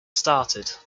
started